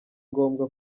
ngombwa